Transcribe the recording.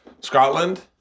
Scotland